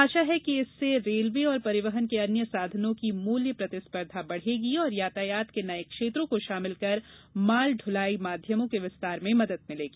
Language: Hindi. आशा है कि इससे रेलवे और परिवहन के अन्य साधनों की मूल्य प्रतिस्पर्धा बढ़ेगी और यातायात के नए क्षेत्रों को शामिल कर माल दुलाई माध्यमों के विस्तार में मदद मिलेगी